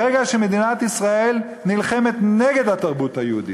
ברגע שמדינת ישראל נלחמת נגד התרבות היהודית,